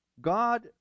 God